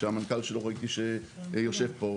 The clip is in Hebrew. שמנכ"ל שלו ראיתי שיושב פה,